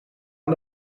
aan